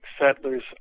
settlers